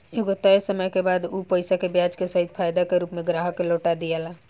एगो तय समय के बाद उ पईसा के ब्याज के सहित फायदा के रूप में ग्राहक के लौटा दियाला